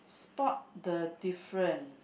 spot the difference